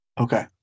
Okay